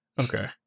Okay